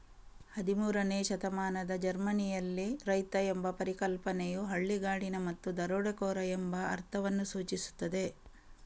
ಹದಿಮೂರನೇ ಶತಮಾನದ ಜರ್ಮನಿಯಲ್ಲಿ, ರೈತ ಎಂಬ ಪರಿಕಲ್ಪನೆಯು ಹಳ್ಳಿಗಾಡಿನ ಮತ್ತು ದರೋಡೆಕೋರ ಎಂಬ ಅರ್ಥವನ್ನು ಸೂಚಿಸುತ್ತದೆ